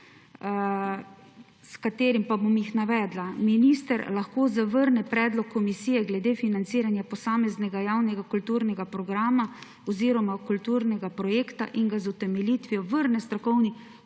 stavka, pa ju bom navedla, »Minister lahko zavrne predlog komisije glede financiranja posameznega javnega kulturnega programa oziroma kulturnega projekta in ga z utemeljitvijo vrne strokovni